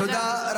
תודה.